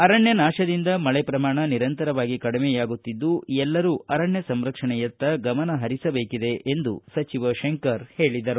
ಅರಣ್ಣ ನಾಶದದಿಂದ ಮಳೆ ಪ್ರಮಾಣ ನಿರಂತರವಾಗಿ ಕಡಿಮೆಯಾಗುತ್ತಿದ್ದು ಎಲ್ಲರೂ ಅರಣ್ಣ ಸಂರಕ್ಷಣೆಯತ್ತ ಗಮನ ಹರಿಸಬೇಕಿದೆ ಎಂದು ಸಚಿವ ಶಂಕರ ಹೇಳಿದರು